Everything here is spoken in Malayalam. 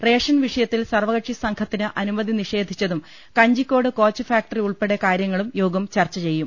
റേഷൻ വിഷയത്തിൽ സർവകക്ഷി സംഘത്തിന് അനുമതി നിഷേധിച്ചതും കഞ്ചിക്കോട് കോച്ച് ഫാക്ടറി ഉൾപ്പെടെ കാര്യങ്ങളും യോഗം ചർച്ച ചെയ്യും